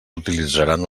utilitzaran